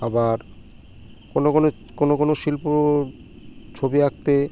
আবার কোনো কোনো কোনো কোনো শিল্প ছবি আঁকতে